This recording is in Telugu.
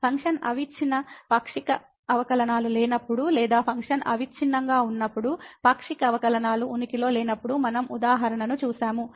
ఫంక్షన్ అవిచ్చిన్న పాక్షిక అవకలనాలు లేనప్పుడు లేదా ఫంక్షన్ అవిచ్ఛిన్నంగా ఉన్నప్పుడు పాక్షిక అవకలనాలు ఉనికిలో లేనప్పుడు మనం ఉదాహరణను చూశాము